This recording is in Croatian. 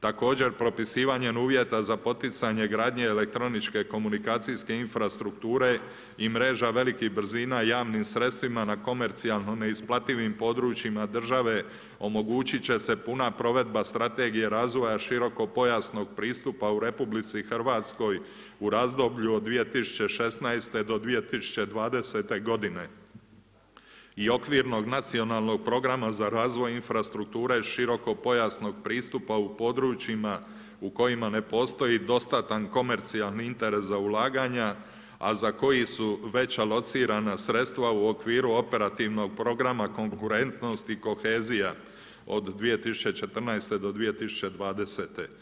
Također propisivanjem uvjeta za poticanje gradnje elektroničke komunikacijske infrastrukture i mreža velikih brzina javnim sredstvima na komercijalno neisplativim područjima država omogućit će puna provedba Strategije razvoja širokopojasnog pristupa u RH u razdoblju od 2016.-2020. godine i Okvirnog nacionalnog programa za razvoj infrastrukture širokopojasnog pristupa u područjima u kojima ne postoji dostatan komercijalni interes za ulaganja, a za koji su već alocirana sredstva u okviru Operativnog programa Konkurentnost i kohezija od 2014.-2020.